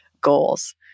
goals